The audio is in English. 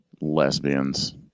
lesbians